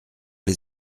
les